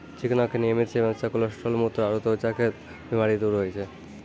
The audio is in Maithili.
चिकना के नियमित सेवन से कोलेस्ट्रॉल, मुत्र आरो त्वचा के बीमारी दूर होय छै